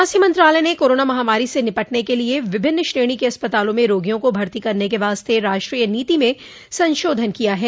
स्वास्थ्य मंत्रालय ने कोरोना महामारी से निपटने के लिए विभिन्न श्रेणी के अस्पतालों में रोगियों को भर्ती करने के वास्ते राष्ट्रीय नीति में संशोधन किया है